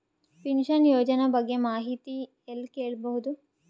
Pension ಯೋಜನ ಬಗ್ಗೆ ಮಾಹಿತಿ ಎಲ್ಲ ಕೇಳಬಹುದು?